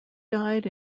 died